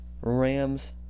Rams